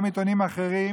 גם בעיתונים אחרים